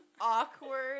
awkward